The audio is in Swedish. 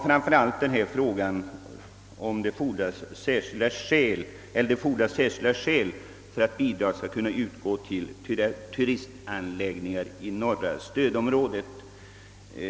Framför allt ämnade jag fråga, om vilka särskilda skäl kan åberopas för att bidrag skall utgå till turistanläggningar i norra stödområdet.